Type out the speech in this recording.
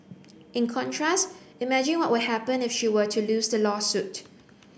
in contrast imagine what would happen if she were to lose the lawsuit